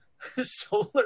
Solar